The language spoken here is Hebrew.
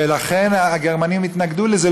ולכן הגרמנים התנגדו לזה.